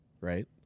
Right